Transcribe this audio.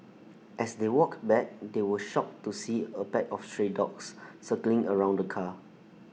as they walked back they were shocked to see A pack of stray dogs circling around the car